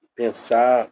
pensar